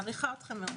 מעריכה אתכם מאוד.